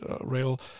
rail